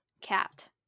Cat